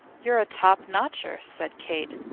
you are a top-notcher, said kate.